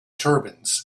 turbans